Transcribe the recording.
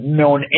known